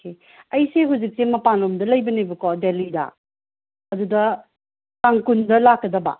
okay ꯑꯩꯁꯦ ꯍꯧꯖꯤꯛꯁꯦ ꯃꯄꯥꯟꯂꯣꯝꯗ ꯂꯩꯕꯅꯦꯕꯀꯣ ꯗꯦꯂꯤꯗ ꯑꯗꯨꯗ ꯇꯥꯡ ꯀꯨꯟꯗ ꯂꯥꯛꯀꯗꯕ